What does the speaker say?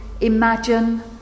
imagine